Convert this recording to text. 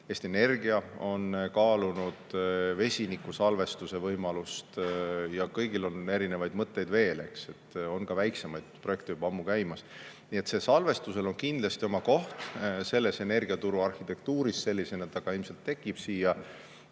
Eesti Energia kaalunud vesinikusalvestuse võimalust. Ja kõigil on erinevaid mõtteid veel, on ka väiksemaid projekte juba ammu käimas. Nii et salvestusel on kindlasti oma koht selles energiaturu arhitektuuris, sellisena ta ka ilmselt tekib siia.